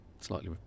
slightly